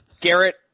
Garrett